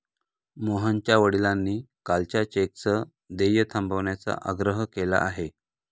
मोहनच्या वडिलांनी कालच्या चेकचं देय थांबवण्याचा आग्रह केला आहे